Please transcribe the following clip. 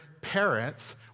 parents